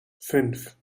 fünf